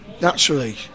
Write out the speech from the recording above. naturally